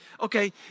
okay